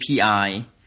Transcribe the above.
API